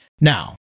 Now